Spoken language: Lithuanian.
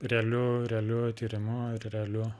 realiu realiu tyrimu ir realiu